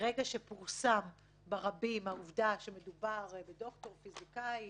ברגע שפורסמה ברבים העובדה שמדובר בד"ר שהוא פיזיקאי